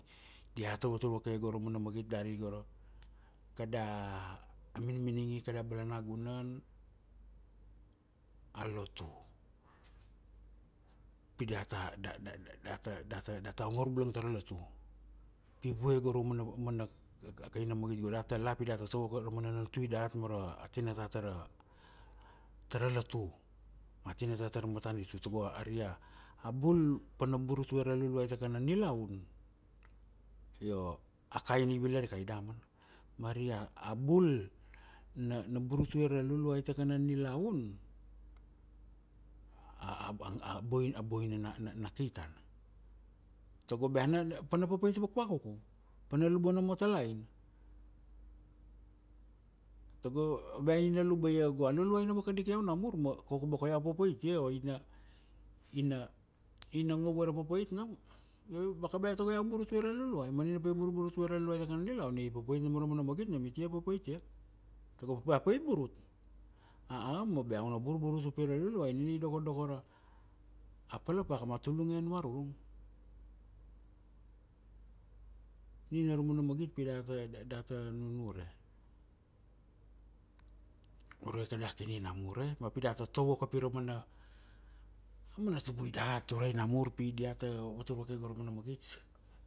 Diata vatur vake go ra mana magit dari go ra, kada, a minminingi kada balanagunan, a lotu. Pi data, da da da da data ongor bula tara latu. Pi vue go ra mana, mana a, a kaina magit go. Data la pi data tovo ka, amana natui dat mara, a tinata tara, tara latu. Ma tinata tara matanitu tago, ari a bul pana burutue ra Luluai tqa kana nilaun, io a kaina i vila rikai damana. Mari a, a bul na na burutue ra Luluai ta kana nilaun, a boina na na na kitana. Tago ba na, pana papait vakvakuku, pana luba nomo talaina. Tago ba iau luba ia go, a Luluai na vakadik iau namur ma, koko boko iau papait ia. O ina, ina ina ngove ra papait nam. Baka tago iau burutue ra Luluai ma nina pai burburutue ra Luluai takana nilaun na i papait nam ra mana magit namitia papait iaka. Tago bea pai burut. A, a ,a ma bea una burburut upi ra Luluai nina i dokodoko ra, a palapaka ma tulungen varurung. Nina ra mana magit pi data data nunure. Ba pi data tovo kapi raumana, aumana tubui dat urai namur pi diata vatur vake go ra mana magit.